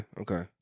okay